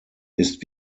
ist